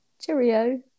Cheerio